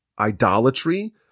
idolatry